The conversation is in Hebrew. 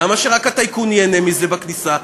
למה שרק הטייקון ייהנה מזה בכניסה?